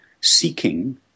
seeking